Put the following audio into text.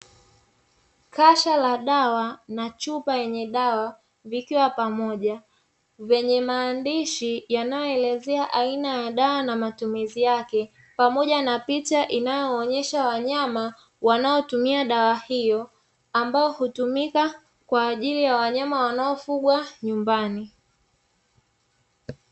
Kasha la dawa na chupa yenye dawa vikiwa pamoja vyenye maandishi yanayoelezea aina ya dawa na matumizi yake pamoja na picha inayoonyesha wanyama wanaotumia dawa hiyo, ambao hutumika kwa ajili ya wanyama wanaofugwa nyumbani.